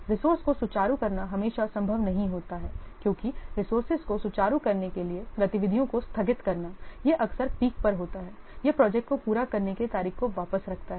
resource को सुचारू करना हमेशा संभव नहीं होता है क्योंकि रिसोर्सेज को सुचारू करने के लिए गतिविधियों को स्थगित करना यह अक्सर पीक पर होता है यह प्रोजेक्ट को पूरा करने की तारीख को वापस रखता है